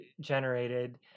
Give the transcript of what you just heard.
generated